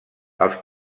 els